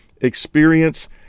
experience